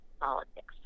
politics